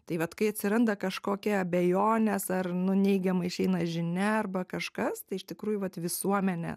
tai vat kai atsiranda kažkokia abejonės ar nu neigiama išeina žinia arba kažkas iš tikrųjų vat visuomenė